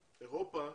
ובאירופה,